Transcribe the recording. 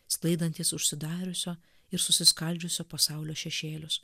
sklaidantys užsidariusio ir susiskaldžiusio pasaulio šešėlius